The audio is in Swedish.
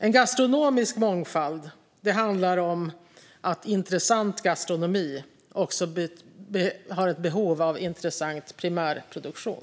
En gastronomisk mångfald handlar om att intressant gastronomi har ett behov av intressant primärproduktion.